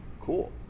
cool